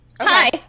hi